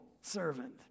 servant